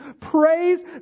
praise